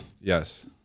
Yes